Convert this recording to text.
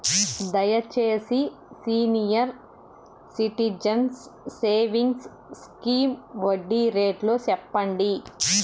దయచేసి senior citizens savings scheme వడ్డీ rate సెప్పండి